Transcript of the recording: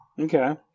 okay